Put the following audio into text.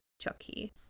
Chucky